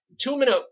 two-minute